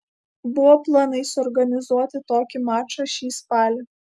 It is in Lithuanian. buvo planai suorganizuoti tokį mačą šį spalį